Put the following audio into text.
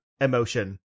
emotion